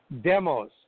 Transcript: demos